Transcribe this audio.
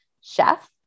chef